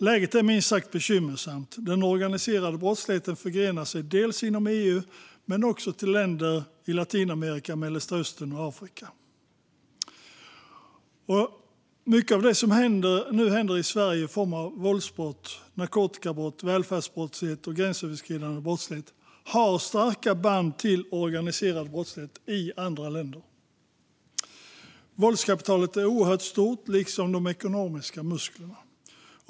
Läget är minst sagt bekymmersamt. Den organiserade brottsligheten förgrenar sig inom EU men också till länder i Latinamerika, Mellanöstern och Afrika. Mycket av det som nu händer i Sverige i form av våldsbrott, narkotikabrott, välfärdsbrott och gränsöverskridande brottslighet har starka band till organiserad brottslighet i andra länder. Våldskapitalet är oerhört stort liksom de ekonomiska musklerna.